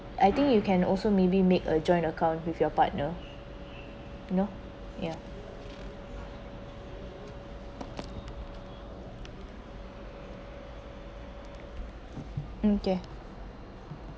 I think you can also maybe made a joint account with your partner you know ya okay